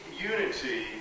unity